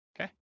Okay